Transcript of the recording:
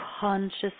conscious